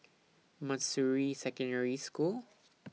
Manjusri Secondary School